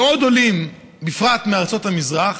ועוד עולים, בפרט מארצות המזרח,